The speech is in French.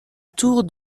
tour